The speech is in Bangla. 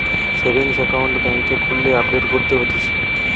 সেভিংস একাউন্ট বেংকে খুললে আপডেট করতে হতিছে